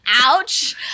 ouch